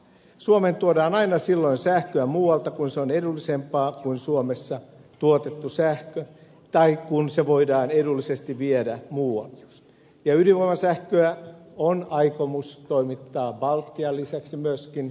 suomeen tuodaan aina silloin sähköä muualta kun se on edullisempaa kuin suomessa tuotettu sähkö tai kun sitä voidaan edullisesti viedä muualle ja ydinvoimasähköä on aikomus toimittaa baltian lisäksi myöskin saksaan